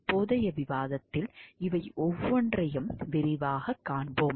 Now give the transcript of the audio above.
தற்போதைய விவாதத்தில் இவை ஒவ்வொன்றையும் விரிவாகக் காண்போம்